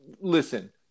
Listen